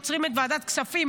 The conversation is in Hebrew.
עוצרים את ועדת הכספים,